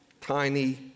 tiny